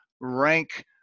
rank